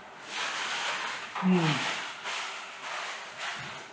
mm